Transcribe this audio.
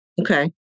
Okay